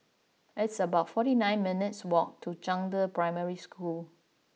it's about forty nine minutes' walk to Zhangde Primary School